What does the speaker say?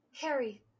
Harry